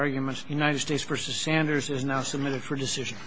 arguments united states for sanders is now submitted for decision